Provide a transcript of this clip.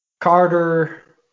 Carter